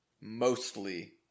mostly